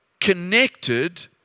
connected